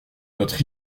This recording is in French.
notre